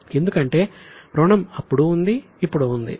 ఎందుకంటే రుణం అప్పుడూ ఉంది ఇప్పుడూ ఉంది